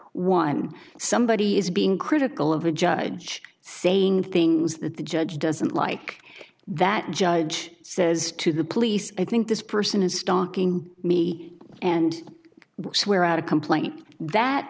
one somebody is being critical of the judge saying things that the judge doesn't like that judge says to the police i think this person is stalking me and swear out a complaint that